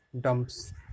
dumps